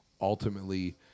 ultimately